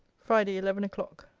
friday, eleven o'clock.